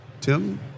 Tim